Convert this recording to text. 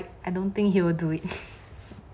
I don't think he will do it